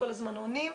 כל הזמן עונים.